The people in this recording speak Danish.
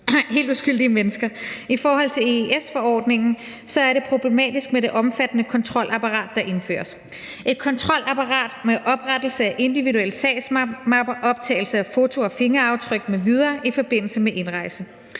I forhold til EES-forordningen er det problematisk med det omfattende kontrolapparat, der indføres. Det er et kontrolapparat med oprettelse af individuelle sagsmapper og optagelse af foto og fingeraftryk m.v. i forbindelse med indrejsen.